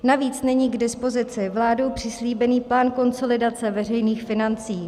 Navíc není k dispozici vládou přislíbený plán konsolidace veřejných financí.